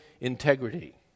integrity